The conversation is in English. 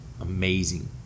amazing